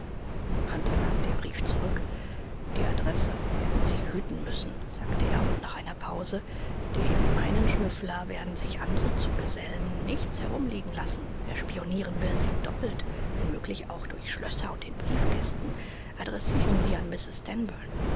hunter gab den brief zurück die adresse werden sie hüten müssen sagte er und nach einer pause dem einen schnüffler werden sich andere zugesellen nichts herumliegen lassen wer spionieren will sieht doppelt wenn möglich auch durch schlösser und in briefkästen adressieren sie an